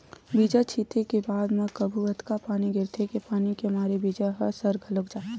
बीजा छिते के बाद म कभू अतका पानी गिरथे के पानी के मारे बीजा ह सर घलोक जाथे